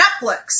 Netflix